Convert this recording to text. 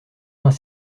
vingt